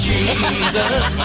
Jesus